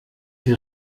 die